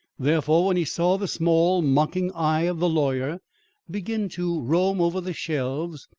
therefore, when he saw the small, mocking eye of the lawyer begin to roam over the shelves,